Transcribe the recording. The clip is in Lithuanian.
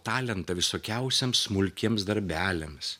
talentą visokiausiems smulkiems darbeliams